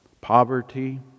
Poverty